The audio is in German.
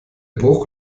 bruch